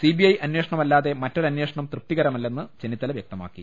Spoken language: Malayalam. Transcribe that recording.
സിബിഐ അന്വേഷണമല്ലാതെ മറ്റൊരന്വേഷണം തൃപ്തിക രമല്ലെന്ന് ചെന്നിത്തല വൃക്തമാക്കി